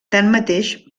tanmateix